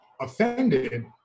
offended